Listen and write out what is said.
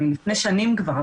מלפני שנים כבר,